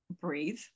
breathe